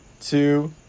two